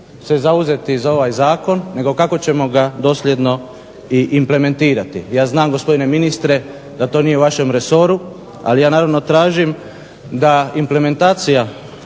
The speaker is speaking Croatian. se zauzeti za ovaj Zakon nego kako ćemo ga dosljedno implementirati. ja znam gospodine ministre da to nije u vašem resoru ali ja naravno tražim da implementacija